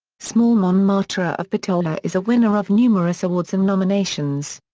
small monmartre of bitola is a winner of numerous awards and nominations.